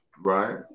right